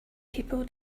people